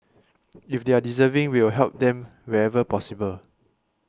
if they are deserving we will help them wherever possible